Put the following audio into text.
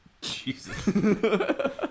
Jesus